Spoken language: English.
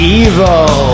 evil